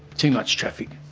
too much traffic.